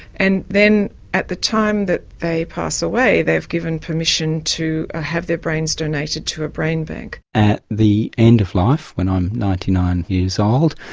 and then at the time that they pass away they have given permission to ah have their brains donated to a brain bank. at the end of life when i'm ninety nine years old.